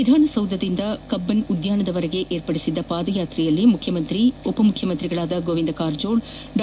ವಿಧಾನಸೌಧದಿಂದ Cubbon ಪಾರ್ಕ್ವರೆಗೆ ಏರ್ಪಡಿಸಿದ್ದ ಪಾದಯಾತ್ರೆಯಲ್ಲಿ ಮುಖ್ಯಮಂತ್ರಿ ಉಪ ಮುಖ್ಯಮಂತ್ರಿಗಳಾದ ಗೋವಿಂದ ಕಾರಜೋಳ ಡಾ